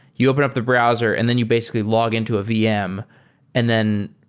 you open up the browser and then you basically log in to a vm and then